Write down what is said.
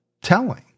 telling